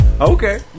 Okay